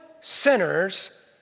sinners